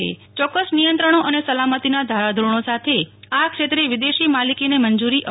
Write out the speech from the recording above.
યોક્ક્સ નિયંત્રણો અને સલામતીના ધારાધીરણો સાથે આ ક્ષેત્રે વિદેશી માલિકીને મંજૂરી અપાશે